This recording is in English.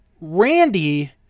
Randy